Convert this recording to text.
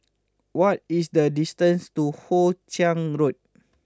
what is the distance to Hoe Chiang Road